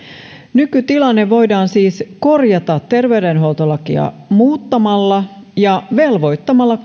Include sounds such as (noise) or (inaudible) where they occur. nykytilanne voidaan siis korjata terveydenhuoltolakia muuttamalla ja velvoittamalla (unintelligible)